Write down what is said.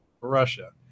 Russia